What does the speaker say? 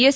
S